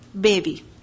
baby